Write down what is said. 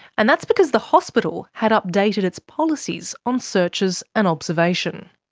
and that's because the hospital had updated its policies on searches and observation.